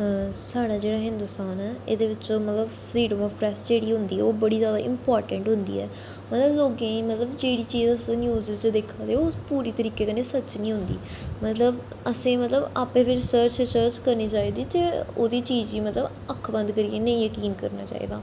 साढ़ा जेह्ड़ा हिंदोस्तान ऐ एह्दे बिच्च मतलब फ्रीडम आफ प्रैस जेह्ड़ी होंदी ओह् बड़ी ज्यादा इंपाटैंट होंदी ऐ मतलब लोकें मतलब जेह्ड़ी चीज तुस न्यूज च दिक्खा दे ओह् पूरी तरीके कन्नै सच्च नी होंदी मतलब असें मतलब आपें रिसर्च शिचर्च करनी चाहिदी ते ओह्दी चीज गी मतलब अक्ख बंद करियै नेईं जकीन करना चाहिदा